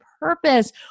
purpose